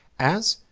as,